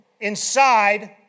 inside